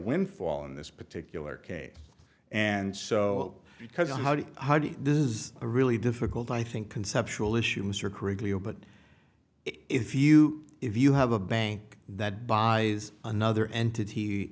windfall in this particular case and so because of how did this is a really difficult i think conceptual issues are critically ill but if you if you have a bank that buys another entity